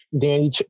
Danny